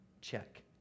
check